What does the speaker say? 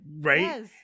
Right